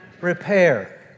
repair